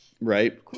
right